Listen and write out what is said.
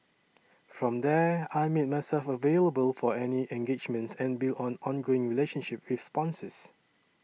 from there I made myself available for any engagements and built an ongoing relationship with sponsors